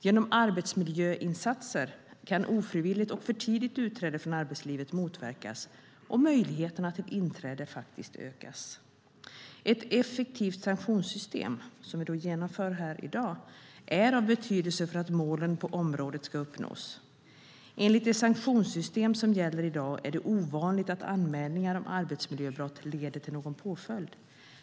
Genom arbetsmiljöinsatser kan ofrivilligt och för tidigt utträde från arbetslivet motverkas och möjligheterna till inträde faktiskt ökas. Ett effektivt sanktionssystem, som vi genomför genom beslutet i dag, är av betydelse för att målen på området ska uppnås. Enligt det sanktionssystem som gäller i dag är det ovanligt att anmälningar om arbetsmiljöbrott leder till någon påföljd.